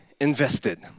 invested